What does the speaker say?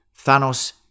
Thanos